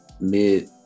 Mid